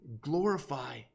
glorify